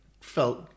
felt